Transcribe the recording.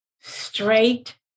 straight